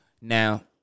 Now